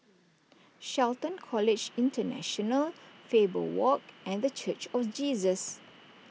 Shelton College International Faber Walk and the Church of Jesus